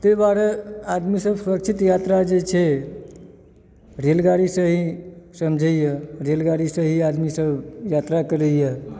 तहि दुआरे आदमी सब सुरक्षित यात्रा जे छै रेलगाड़ी से ही समझय यऽ जे रेलगाड़ी से ही आदमी सब यात्रा करैए